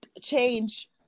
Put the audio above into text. change